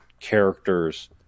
characters